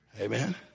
Amen